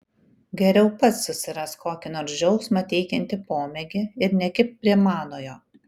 geriau pats susirask kokį nors džiaugsmą teikiantį pomėgį ir nekibk prie manojo